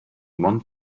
one